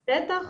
ברור, בטח.